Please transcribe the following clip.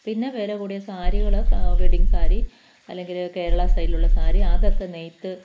പിന്നെ വില കൂടിയ സാരികൾ വെഡ്ഡിങ് സാരി അല്ലങ്കിൽ കേരള സ്റ്റൈലിലുള്ള സാരി അതൊക്കെ നെയ്ത്ത്